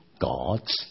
God's